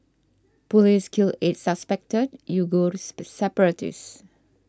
police kill eight suspected Uighur separatists